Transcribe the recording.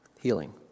Healing